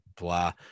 blah